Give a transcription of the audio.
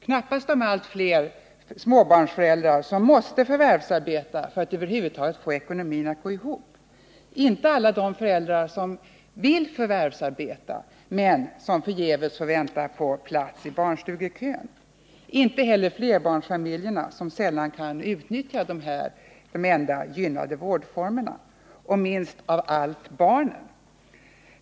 Knappast de allt fler småbarnsföräldrar som måste förvärvsarbeta för att över huvud taget få ekonomin att gå ihop, inte alla de föräldrar som vill förvärvsarbeta men som förgäves får vänta på en plats i barnstugekön, inte heller flerbarnsfamiljerna, som sällan kan utnyttja de enda gynnade vårdformerna, och minst av allt barnen.